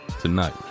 tonight